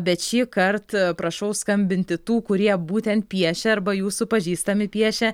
bet šįkart prašau skambinti tų kurie būtent piešė arba jūsų pažįstami piešė